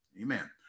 amen